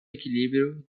equilíbrio